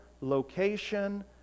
location